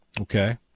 Okay